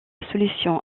solution